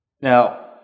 Now